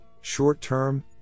short-term